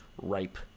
ripe